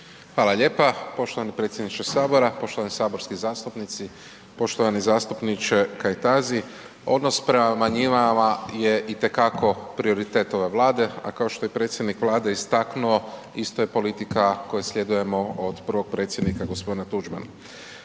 Hvala lijepa poštovani predsjedniče Sabora, poštovani saborski zastupnici, poštovani zastupniče Kajtazi. Odnos prema manjinama je itekako prioritet ove Vlade a kao što je predsjednik Vlade istaknuo, isto je politika koju sljedujemo od prvog Predsjednika g. Tuđmana.